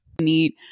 Need